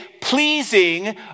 pleasing